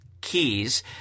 keys